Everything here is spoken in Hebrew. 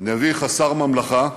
נביא חסר ממלכה,